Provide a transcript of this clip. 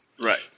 Right